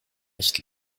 nicht